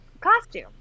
costume